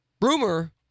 rumor